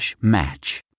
match